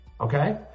Okay